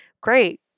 Great